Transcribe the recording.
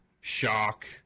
shock